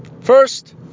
First